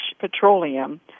Petroleum